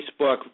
Facebook